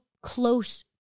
close